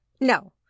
no